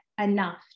enough